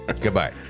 Goodbye